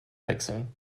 wechseln